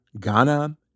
Ghana